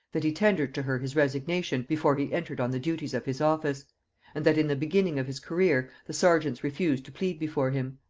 that he tendered to her his resignation before he entered on the duties of his office and that in the beginning of his career the serjeants refused to plead before him.